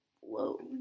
Whoa